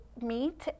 meet